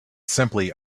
simply